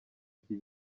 iki